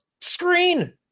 screen